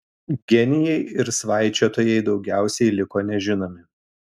genijai ir svaičiotojai daugiausiai liko nežinomi